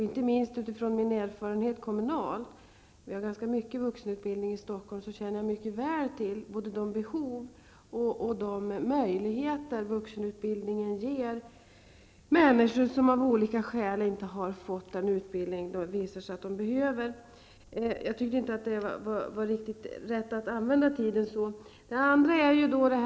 Med min kommunala erfarenhet -- vi har ganska mycket vuxenutbildning i Stockholm -- känner jag mycket väl till behoven och de möjligheter vuxenutbildningen ger människor som av olika skäl inte har fått den utbildning som de visar sig behöva. Jag tyckte emellertid inte att det var meningsfullt att använda tiden till att tala om detta.